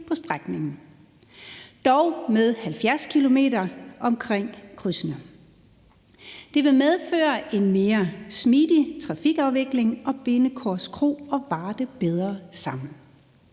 på strækningen, dog med 70 km omkring krydsene. Det vil medføre en mere smidig trafikafvikling og binde Korskro og Varde bedre sammen.